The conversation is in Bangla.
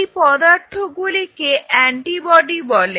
এই পদার্থ গুলিকে অ্যান্টিবডি বলে